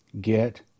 get